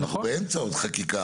אנחנו עוד באמצע של חקיקה,